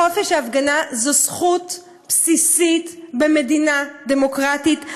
חופש ההפגנה הוא זכות בסיסית במדינה דמוקרטית,